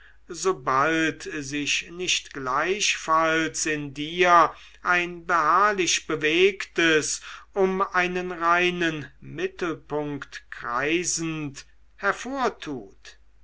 sobald sich nicht gleichfalls in dir ein beharrlich bewegtes um einen reinen mittelpunkt kreisend hervortut